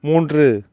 மூன்று